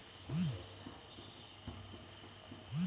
ಖಾತೆ ತೆರೆಯಲು ವರ್ಷಗಳ ಮಿತಿ ಇದೆಯೇ?